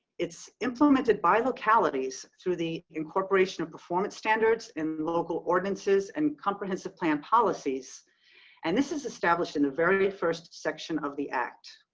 it's implemented by localities through the incorporation of performance standards in local ordinances and comprehensive plan policies and this is established in the very first section of the act.